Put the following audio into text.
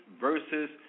versus